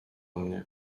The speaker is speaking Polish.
mnie